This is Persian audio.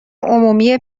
عمومی